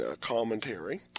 commentary